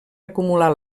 acumular